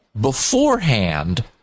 beforehand